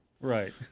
Right